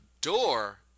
door